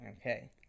Okay